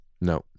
No